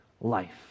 life